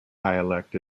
dialect